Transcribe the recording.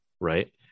right